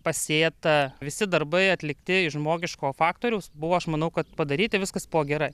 pasėta visi darbai atlikti iš žmogiško faktoriaus buvo aš manau kad padaryti viskas buvo gerai